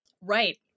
Right